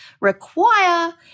require